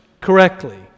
correctly